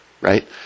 right